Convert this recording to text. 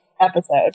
episode